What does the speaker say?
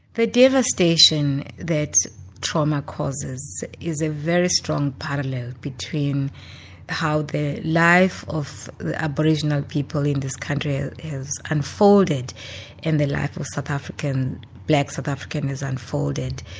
the devastation that trauma causes is a very strong parallel between how the life of aboriginal people in this country ah has unfolded and the life of south african, black south african has unfolded.